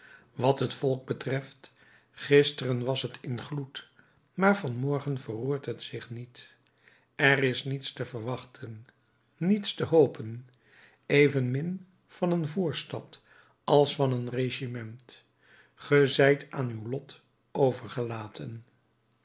wat het volk betreft gisteren was het in gloed maar van morgen verroert het zich niet er is niets te verwachten niets te hopen evenmin van een voorstad als van een regiment ge zijt aan uw lot overgelaten